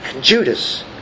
Judas